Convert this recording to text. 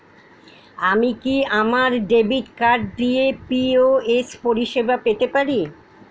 আমি কি আমার ডেবিট কার্ড দিয়ে পি.ও.এস পরিষেবা পেতে পারি?